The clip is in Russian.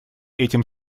этим